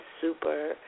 super